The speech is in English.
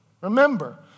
Remember